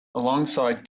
alongside